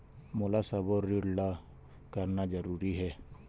मोला सबो ऋण ला करना जरूरी हे?